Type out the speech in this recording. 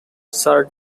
sir